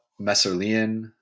Messerlian